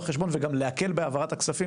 התקציב.